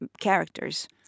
characters